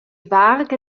varga